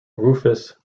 rufous